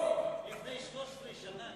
לפני 13 שנה,